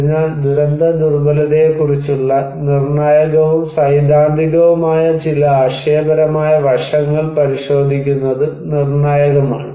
അതിനാൽ ദുരന്തദുർബലതയെക്കുറിച്ചുള്ള നിർണായകവും സൈദ്ധാന്തികവുമായ ചില ആശയപരമായ വശങ്ങൾ പരിശോധിക്കുന്നത് നിർണായകമാണ്